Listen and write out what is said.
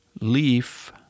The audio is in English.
leaf